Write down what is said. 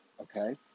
Okay